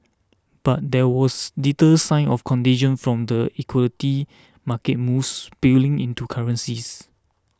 but there was little sign of contagion from the equity market moves spilling into currencies